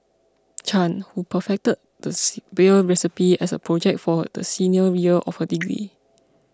Chan who perfected the beer recipe as a project for the senior year of her degree